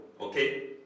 Okay